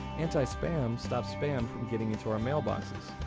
anti-spam stops spam from getting into our mailboxes.